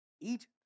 eat